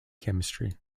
chemistry